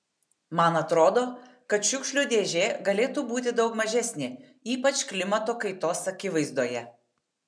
man atrodo kad šiukšlių dėžė galėtų būti daug mažesnė ypač klimato kaitos akivaizdoje